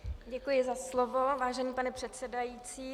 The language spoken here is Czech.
Děkuji za slovo, vážený pane předsedající.